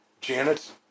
Janet's